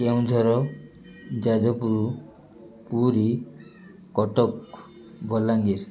Keonjhar Jajpur Puri Cuttack Balangir